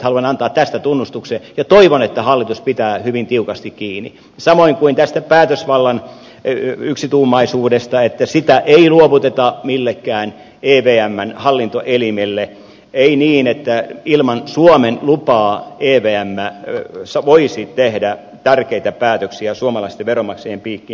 haluan antaa tästä tunnustuksen ja toivon että hallitus pitää siitä hyvin tiukasti kiinni samoin kuin tästä päästövallan yksituumaisuudesta että sitä ei luovuteta millekään evmn hallintoelimelle ei niin että ilman suomen lupaa evm voisi tehdä tärkeitä päätöksiä suomalaisten veronmaksajien piikkiin